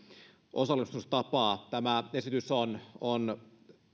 osallistumistapaa tämä esitys on on